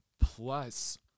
plus